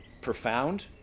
profound